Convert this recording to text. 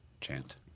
chant